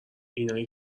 اینایی